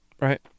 right